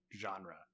genre